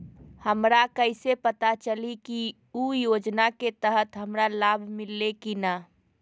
हमरा कैसे पता चली की उ योजना के तहत हमरा लाभ मिल्ले की न?